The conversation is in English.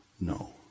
No